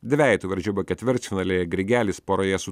dvejetų varžybų ketvirtfinalyje grigelis poroje su